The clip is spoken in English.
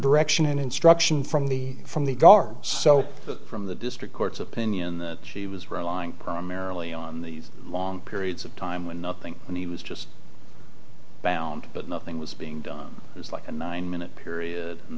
direction and instruction from the from the guard so from the district court's opinion that she was relying primarily on these long periods of time when nothing and he was just bound but nothing was being done is like a nine minute period